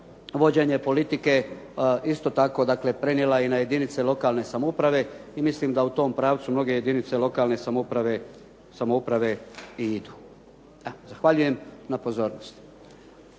vođenje politike isto tako prenijela na jedinice lokalne samouprave i mislim da u tom pravcu lokalne samouprave i idu. Zahvaljujem na pozornosti.